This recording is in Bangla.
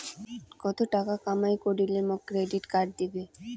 কত টাকা কামাই করিলে মোক ক্রেডিট কার্ড দিবে?